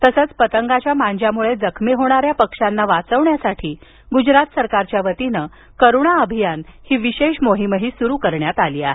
तसंच पतंगाच्या मांजामुळे जखमी होणाऱ्या पक्षांना वाचवण्यासाठी गुजरात सरकारच्या वतीनं करुणा अभियान ही विशेष मोहीम सुरू करण्यात आली आहे